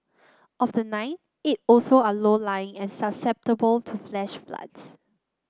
of the nine eight also are low lying and susceptible to flash floods